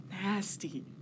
Nasty